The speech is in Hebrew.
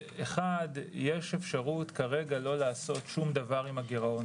יש אפשרות כרגע לא לעשות שום דבר עם הגירעון